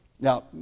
Now